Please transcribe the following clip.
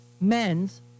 men's